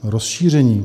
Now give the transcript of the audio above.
Rozšíření.